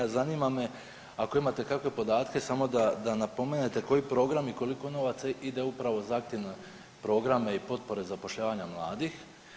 Zanima me ako imate kakve podatke samo da, da napomenete koji program i koliko novaca ide upravo za aktivne programe i potpore zapošljavanja mladih.